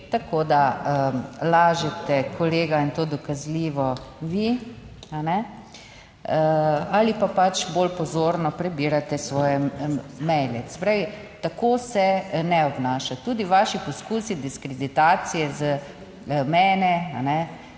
tako da lažete kolega in to dokazljivo vi, a ne, ali pa pač bolj pozorno prebirate svoje maile. Se pravi, tako se ne obnaša, tudi vaši poskusi diskreditacije mene